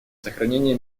сохранения